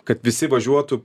kad visi važiuotų